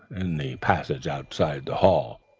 in the passage outside the hall.